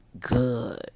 good